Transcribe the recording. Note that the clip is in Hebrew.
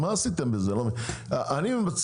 אם יש